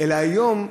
אלא היום,